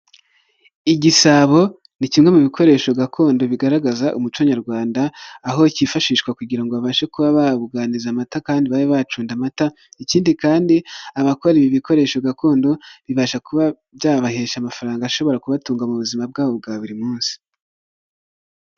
Igisabo ni kimwe mu bikoresho gakondo bigaragaza umuco nyarwanda, aho cyifashishwa kugira ngo abashe kuba babuganiza amata kandi babe bacunda amata, ikindi kandi abakora ibi bikoresho gakondo, bibasha kuba byabahesha amafaranga ashobora kubatunga mu buzima bwabo bwa buri munsi.